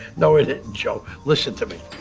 no he didn't joe. listen to me.